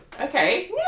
okay